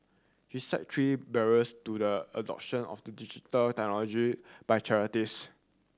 she cited three barriers to the adoption of the digital technology by charities